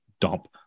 dump